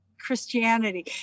Christianity